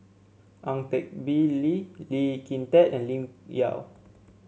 Ang Teck Bee Lee Lee Kin Tat and Lim Yau